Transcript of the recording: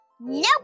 Nope